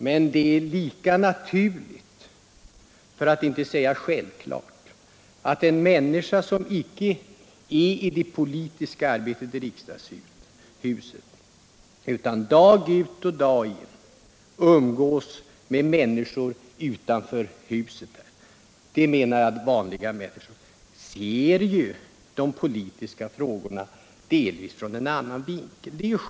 Men det är lika naturligt, för att inte säga självklart, att en person som inte är med i det politiska arbetet i riksdagshuset utan dag ut och dag in umgås med människor utanför riksdagshuset ser de politiska frågorna från en delvis annan vinkel.